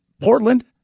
Portland